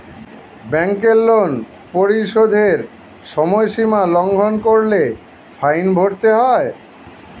ব্যাংকের লোন পরিশোধের সময়সীমা লঙ্ঘন করলে ফাইন ভরতে হয়